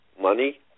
Money